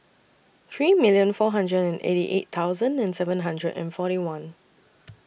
three million four hundred and eighty eight thousand and seven hundred and forty one